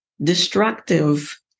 destructive